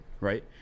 right